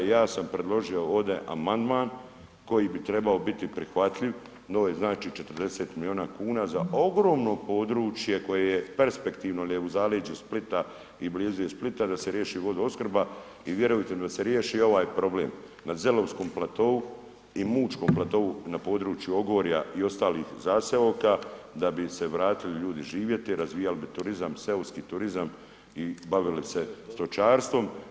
Ja sam predložio ovdje amandman koji bi trebao biti prihvatljiv, na ovo znači 40 milijuna kuna za ogromno područje koje je perspektivno jer je u zaleđu Splita i blizu je Splita da se riješi vodoopskrba i vjerujte da se riješi ovaj problem na Zelovskom platou i mućkom platou na području Ogorja i ostalih zaseoka, da bi se vratili ljudi živjeti, razvijali bi turizam, seoski turizam i bavili se stočarstvom.